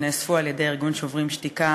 שנאספו על-ידי ארגון "שוברים שתיקה"